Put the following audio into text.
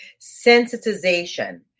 sensitization